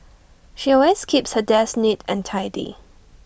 she always keeps her desk neat and tidy